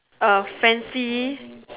uh fancy